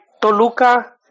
Toluca